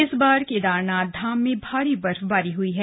इस बार केदारनाथ धाम में भारी बर्फबारी हुई है